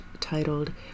titled